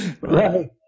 Right